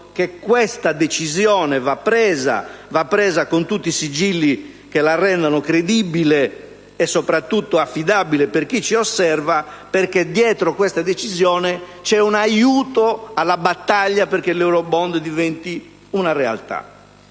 questa decisione va presa con tutti i sigilli che la rendono credibile e soprattutto affidabile per chi ci osserva, perché dietro questa decisione c'è un aiuto alla battaglia perché l'*eurobond* diventi una realtà.